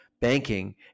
banking